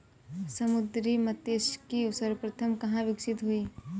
समुद्री मत्स्यिकी सर्वप्रथम कहां विकसित हुई?